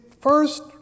first